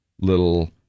little